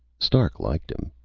stark liked him.